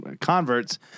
converts